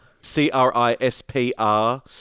C-R-I-S-P-R